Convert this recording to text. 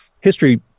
History